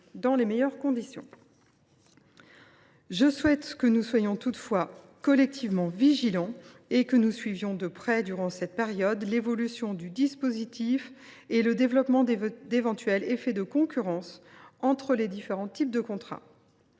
dans les meilleures conditions. Je souhaite toutefois que nous soyons collectivement vigilants et que nous suivions de près durant cette période l’évolution du dispositif et le développement d’éventuels effets de concurrence entre les différents types de contrats.